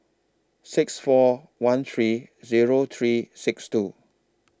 six four one three Zero three six two